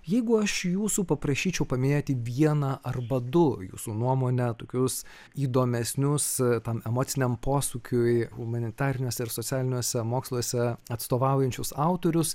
jeigu aš jūsų paprašyčiau paminėti vieną arba du jūsų nuomone tokius įdomesnius tam emociniam posūkiui humanitariniuose ir socialiniuose moksluose atstovaujančius autorius